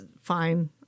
fine